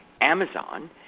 Amazon